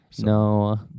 No